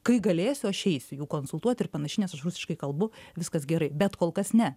kai galėsiu aš eisiu jų konsultuot ir panašiai nes aš rusiškai kalbu viskas gerai bet kol kas ne